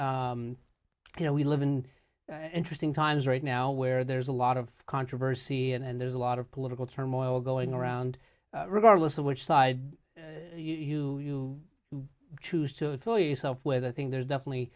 you know we live in interesting times right now where there's a lot of controversy and there's a lot of political turmoil going around regardless of which side you choose to tell yourself whether thing there's definitely